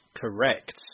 Correct